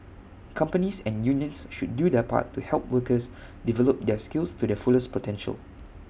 companies and unions should do their part to help workers develop their skills to their fullest potential